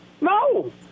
no